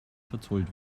verzollt